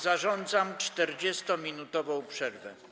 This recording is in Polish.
Zarządzam 40-minutową przerwę.